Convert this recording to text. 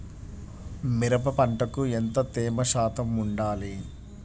మిరప పంటకు ఎంత తేమ శాతం వుండాలి?